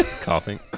coughing